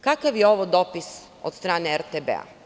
Kakav je ovo dopis od strane RTB?